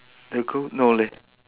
the girl no leh